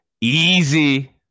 easy